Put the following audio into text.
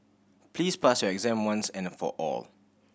please pass your exam once and for all